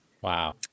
Wow